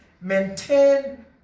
maintain